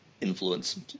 influence